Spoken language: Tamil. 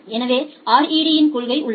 எனவே இங்கே RED இன் கொள்கை உள்ளது